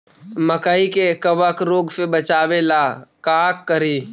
मकई के कबक रोग से बचाबे ला का करि?